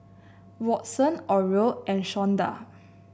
Watson Oral and Shawnda